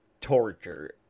torture